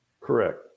Correct